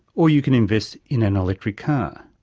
or you can invest in an electric car.